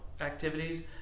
activities